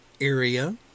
area